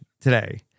today